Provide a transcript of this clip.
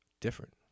Different